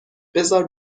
بزار